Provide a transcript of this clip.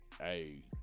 Hey